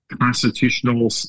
constitutional